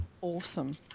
awesome